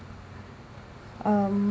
um